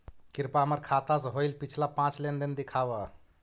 कृपा हमर खाता से होईल पिछला पाँच लेनदेन दिखाव